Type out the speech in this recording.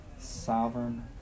sovereign